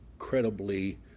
incredibly